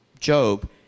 Job